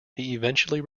eventually